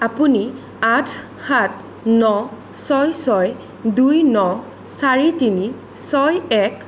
আপুনি আঠ সাত ন ছয় ছয় দুই ন চাৰি তিনি ছয় এক